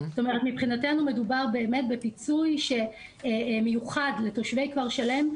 מבחינתנו מדובר באמת בפיצוי שמיוחד לתושבי כפר שלם,